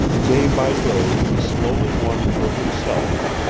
day by day he slowly won for himself,